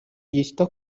ryita